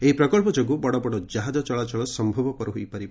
ଏହି ପ୍ରକଳ୍ପ ଯୋଗୁଁ ବଡ଼ବଡ଼ କାହାଜ ଚଳାଚଳ ସମ୍ଭବ ହେବ